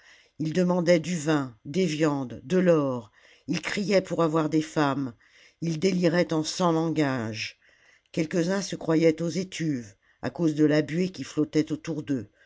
ils demandaient du vin des viandes de l'or ils criaient pour avoir des femmes ils déliraient en cent langages salammbo i quelques-uns se croyaient aux étuves à cause de la buée qui flottait autour d'eux